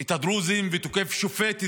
את הדרוזים ותוקף שופט דרוזי,